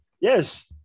yes